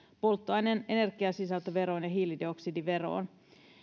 polttoaineen energiasisältöveroon ja hiilidioksidiveroon